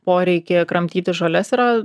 poreikį kramtyti žoles yra